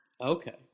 Okay